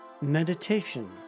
Meditation